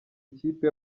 ikipe